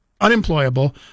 unemployable